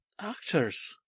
Actors